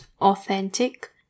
Authentic